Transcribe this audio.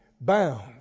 bound